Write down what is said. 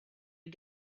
you